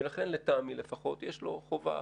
ולכן, לטעמי לפחות, יש לו חובה